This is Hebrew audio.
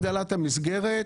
הגדלת המסגרת,